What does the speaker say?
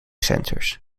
centres